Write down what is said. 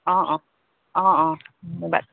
অঁ অঁ অঁ অঁ ধন্যবাদ